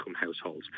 households